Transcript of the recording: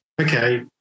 Okay